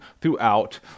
throughout